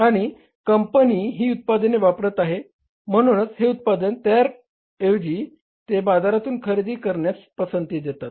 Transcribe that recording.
आणि कंपनी ही उत्पादने वापरत आहे म्हणूनच हे उत्पादन तयार करण्याऐवजी ते बाजारातून खरेदी करण्यास पसंती देतात